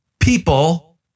People